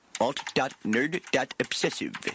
Alt.nerd.obsessive